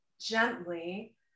gently